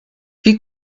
wie